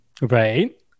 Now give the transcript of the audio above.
Right